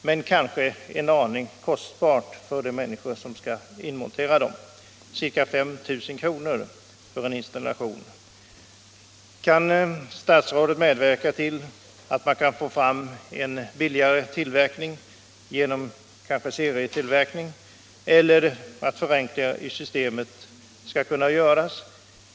Men det är kanske en aning kostsamt för = trygghetslarm de människor som behöver det; ca 5 000 kr. kostar en installation. Kan statsrådet medverka till att en billigare tillverkning kommer till stånd, kanske genom serietillverkning eller genom att man förenklar systemet?